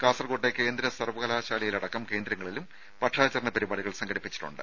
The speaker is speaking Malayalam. കാസർകോട്ടെ കേന്ദ്ര സർവകലാശാലയിലടക്കം കേന്ദ്രങ്ങളിലും പക്ഷാചരണ പരിപാടികൾ സംഘടിപ്പിച്ചിട്ടുണ്ട്